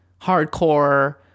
hardcore